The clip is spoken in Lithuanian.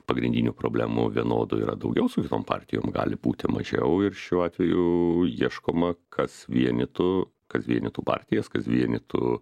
pagrindinių problemų vienodo yra daugiau su kitom partijom gali būti mažiau ir šiuo atveju ieškoma kas vienytų kas vienytų partijas kas vienytų